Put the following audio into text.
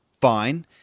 fine